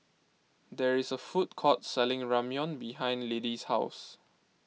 there is a food court selling Ramyeon behind Lidie's house